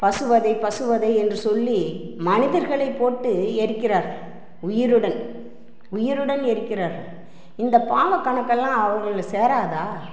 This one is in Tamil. பசுவதை பசுவதை என்று சொல்லி மனிதர்களை போட்டு எரிக்கிறார்கள் உயிருடன் உயிருடன் எரிக்கிறார்கள் இந்த பாவக்கணக்கெல்லாம் அவுங்களை சேராதா